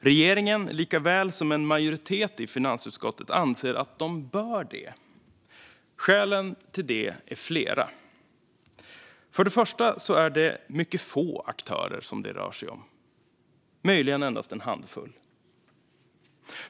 Regeringen, såväl som en majoritet i finansutskottet, anser att de bör det. Skälen till det är flera. För det första är det mycket få aktörer som det rör sig om, möjligen endast en handfull.